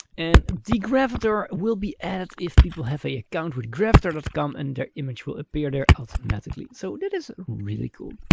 and the gravatar will be added if people have a account with gravatar dot com and their image will appear there automatically. so that is really cool.